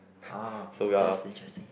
ah that's interesting